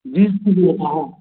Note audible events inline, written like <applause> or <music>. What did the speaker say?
बीस <unintelligible> देना है